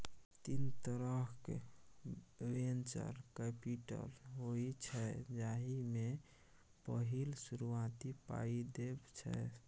तीन तरहक venture capital होइ छै जाहि मे पहिल शुरुआती पाइ देब छै